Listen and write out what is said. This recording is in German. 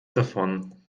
davon